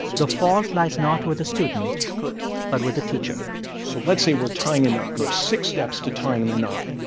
the fault lies not with the student but with the teacher so let's say we're tying a knot, and there's six steps to tying the knot.